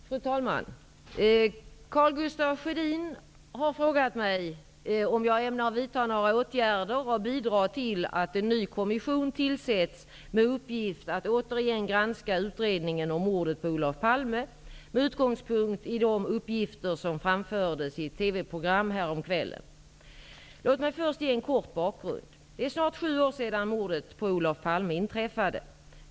Fru talman! Karl Gustaf Sjödin har frågat mig om jag ämnar vidta några åtgärder och bidra till att en ny kommission tillsätts med uppgift att återigen granska utredningen om mordet på Olof Palme med utångspunkt i de uppgifter som framfördes i ett TV-program härom kvällen. Låt mig först ge en kort bakgrund. Det är nu snart sju år sedan mordet på Olof Palme inträffade.